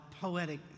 poetic